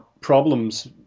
problems